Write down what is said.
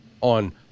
on